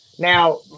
Now